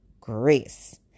grace